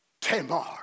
Tamar